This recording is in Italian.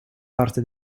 parte